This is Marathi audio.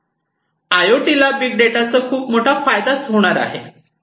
आय ओ टी ला बिग डेटा चा खूप मोठा फायदा होणार आहे